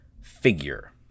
figure